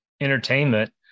entertainment